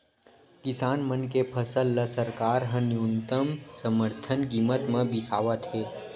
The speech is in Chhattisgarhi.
किसान मन के फसल ल सरकार ह न्यूनतम समरथन कीमत म बिसावत हे